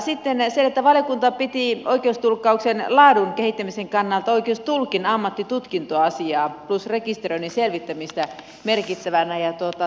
sitten se että valiokunta piti oikeustulkkauksen laadun kehittämisen kannalta oikeustulkin ammattitutkintoasiaa plus rekisteröinnin selvittämistä merkittävänä ja tärkeänä